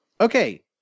okay